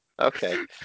Okay